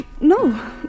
No